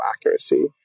accuracy